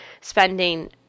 spending